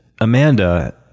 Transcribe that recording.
Amanda